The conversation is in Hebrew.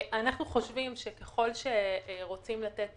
אנחנו חושבים שככל שרוצים לתת